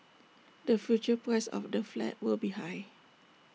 the future price of the flat will be high